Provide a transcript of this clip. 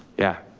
yeah,